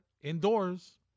indoors